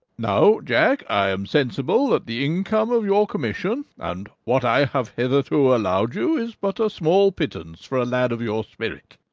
now, jack, i am sensible that the income of your commission, and what i have hitherto allowed you, is but a small pittance for a lad of your spirit.